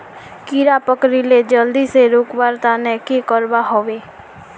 कीड़ा पकरिले जल्दी से रुकवा र तने की करवा होबे?